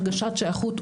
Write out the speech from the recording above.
הרגשת שייכות,